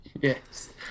Yes